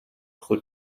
pro